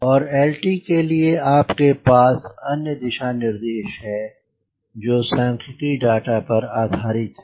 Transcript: और lt के लिए आपके पास अन्य दिशा निर्देश है जो सांख्यिकी डाटा आधारित है